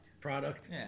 product